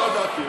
לא ידעתי.